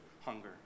hunger